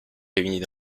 réunies